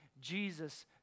Jesus